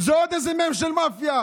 זה עוד איזה מ"ם, של מאפיה.